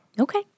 Okay